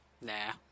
Nah